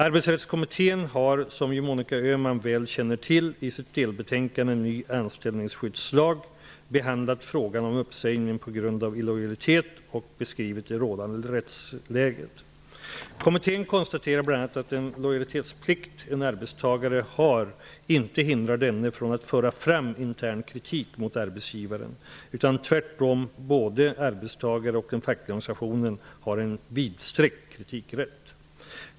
Arbetsrättskommittén har, som ju Monica Öhman väl känner till, i sitt delbetänkande Ny anställningsskyddslag behandlat frågan om uppsägning på grund av illojalitet och beskrivit det rådande rättsläget. Kommittén konstaterar bl.a. att den lojalitetsplikt en arbetstagare har inte hindrar denne från att föra fram intern kritik mot arbetsgivaren, utan tvärtom har både arbetstagare och den fackliga organisationen en vidsträckt kritikrätt.